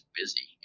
busy